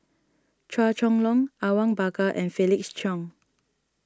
Chua Chong Long Awang Bakar and Felix Cheong